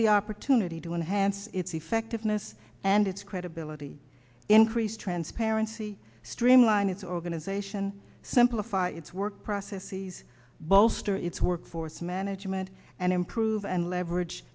the opportunity to enhance its effectiveness and its credibility increased transparency streamline its organization simplify its work process seize bolster its workforce management and improve and leverage